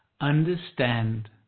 Understand